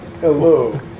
Hello